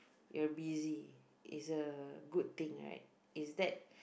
you're busy is a good thing right is that